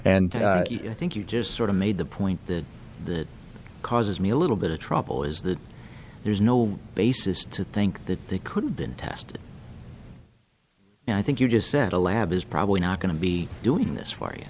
and i think you just sort of made the point that causes me a little bit of trouble is that there's no basis to think that they could have been tested and i think you just said a lab is probably not going to be doing this for you